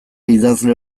idazle